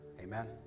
Amen